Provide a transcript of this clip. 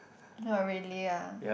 not really ah